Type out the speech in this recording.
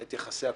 א.